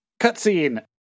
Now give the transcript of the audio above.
cutscene